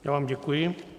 Já vám děkuji.